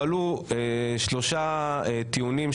הועלו שלושה טיעונים,